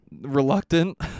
Reluctant